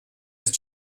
ist